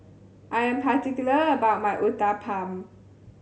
I am particular about my Uthapam